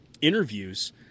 interviews